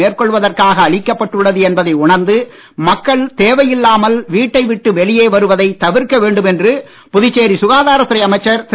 மேற்கொள்வதற்காக அளிக்கப்பட்டுள்ளது என்பதை உணர்ந்து மக்கள் தேவையில்லாமல் வீட்டை விட்டு வெளியே வருவதை தவிர்க்க வேண்டும் என்று புதுச்சேரி சுகாதாரத் துறை அமைச்சர் திரு